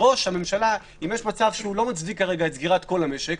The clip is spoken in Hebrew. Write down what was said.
אם יש מצב שלא מצדיק כרגע את סגירת כל המשק,